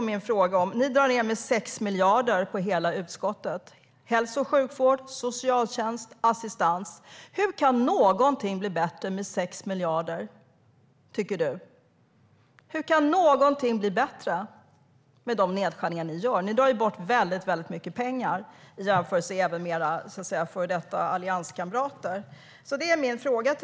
Ni drar ned med 6 miljarder på hela utgiftsområdet, på hälso och sjukvård, socialtjänst och assistans. Hur tycker du att någonting kan bli bättre med en nedskärning på 6 miljarder? Hur kan någonting bli bättre med de nedskärningar ni gör? Ni drar ju bort väldigt mycket pengar, även i jämförelse med era allianskamrater.